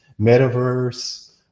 Metaverse